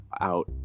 out